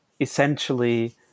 essentially